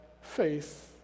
faith